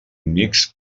mixt